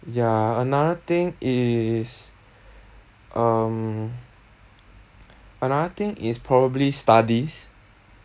ya another thing is um another thing is probably studies